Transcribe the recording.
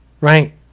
right